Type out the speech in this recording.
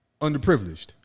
underprivileged